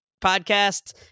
podcast